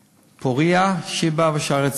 פוריה, שיבא ו"שערי צדק".